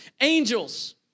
angels